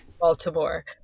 Baltimore